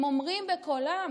הם אומרים בקולם,